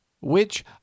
which